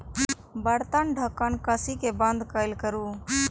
बर्तनक ढक्कन कसि कें बंद कैल करू